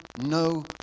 no